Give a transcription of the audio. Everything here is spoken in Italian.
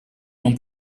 non